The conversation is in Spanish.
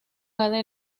cada